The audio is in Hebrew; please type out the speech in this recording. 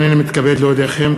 הנני מתכבד להודיעכם,